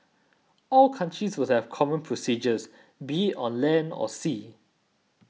all countries will have common procedures be on land or sea